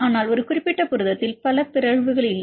ஆனால் ஒரு குறிப்பிட்ட புரதத்தில் பல பிறழ்வுகள் இல்லை